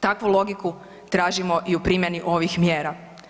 Takvu logiku tražimo i u primjeni ovih mjera.